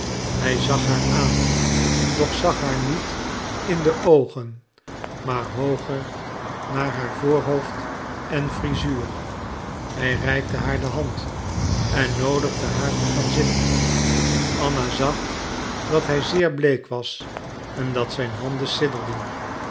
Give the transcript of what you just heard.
hij zag haar aan doch zag haar niet in de oogen maar hooger naar haar voorhoofd en frisuur hij reikte haar de hand en noodigde haar te gaan zitten anna zag dat hij zeer bleek was en dat zijn handen